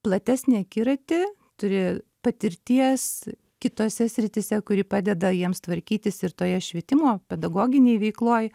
platesnį akiratį turi patirties kitose srityse kuri padeda jiems tvarkytis ir toje švietimo pedagoginėj veikloj